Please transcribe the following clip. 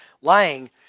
lying